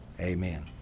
amen